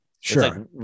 Sure